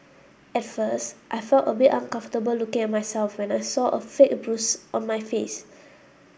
at first I felt a bit uncomfortable looking at myself when I saw a fake bruise on my face